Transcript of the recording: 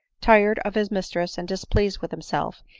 tired of his mistress, and displeased with himself,